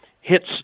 hits